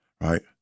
right